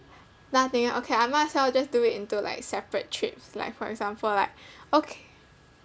now I'm thinking okay I might as well do it into like separate trips like for example like okay